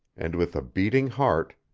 and with a beating heart,